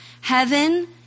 Heaven